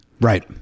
right